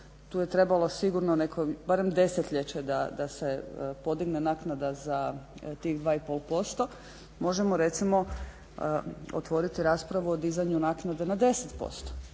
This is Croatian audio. Tu je trebalo barem sigurno barem desetljeće da se podigne naknada za tih 2,5% možemo recimo otvoriti raspravu o dizanju naknade na 10%.